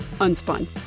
Unspun